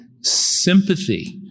sympathy